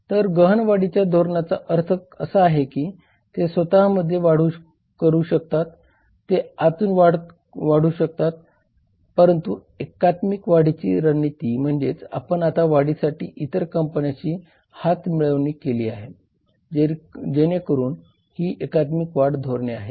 तर गहन वाढीच्या धोरणाचा अर्थ असा आहे की ते स्वतःमध्ये वाढू करू शकतात ते आतून वाढू शकतात परंतु एकात्मिक वाढीची रणनीती म्हणजे आपण आता वाढीसाठी इतर कंपन्यांशी हातमिळवणी केली आहे जेणेकरून ही एकात्मिक वाढ धोरणे आहे